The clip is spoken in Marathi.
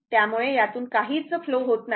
त्यामुळे यातून काहीच फ्लो होत नाही